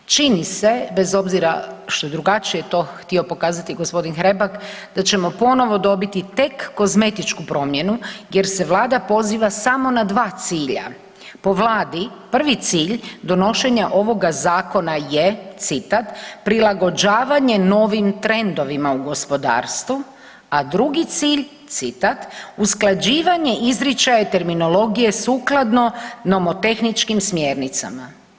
Čini se bez obzira što je drugačije to htio pokazati g. Hrebak da ćemo ponovo dobiti tek kozmetičku promjenu jer se Vlada poziva samo na dva cilja, po Vladi prvi cilj donošenja ovoga zakona je citat „prilagođavanje novim trendovima u gospodarstvu“, sa drugi cilj citat „usklađivanje izričaja terminologije sukladno nomotehničkim smjernicama“